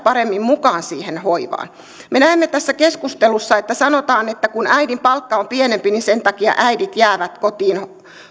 paremmin mukaan siihen hoivaan me näemme että tässä keskustelussa sanotaan että kun äidin palkka on pienempi niin sen takia äidit jäävät kotiin